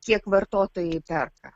kiek vartotojai perka